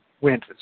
went